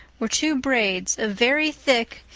were two braids of very thick,